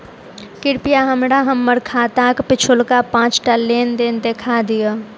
कृपया हमरा हम्मर खाताक पिछुलका पाँचटा लेन देन देखा दियऽ